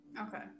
Okay